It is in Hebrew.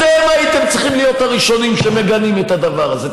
אתם הייתם צריכים להיות הראשונים שמגנים את הדבר הזה.